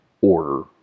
order